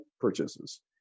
purchases